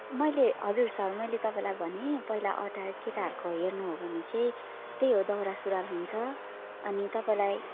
मैले हजुर सर मैले तपाईँलाई भनेँ पहिला अटायर केटाहरूको हेर्नु हो भने चाहिँ त्यही हो दौरासुरुवाल हुन्छ अनि तपाईँलाई